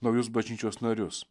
naujus bažnyčios narius